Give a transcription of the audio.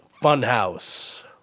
Funhouse